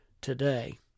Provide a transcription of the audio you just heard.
today